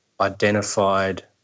identified